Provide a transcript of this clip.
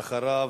ואחריו,